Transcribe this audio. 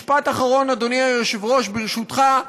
משפט אחרון, אדוני היושב-ראש, ברשותך.